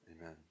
Amen